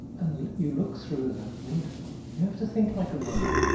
and you look through the window you have to think like a roman.